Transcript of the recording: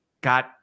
got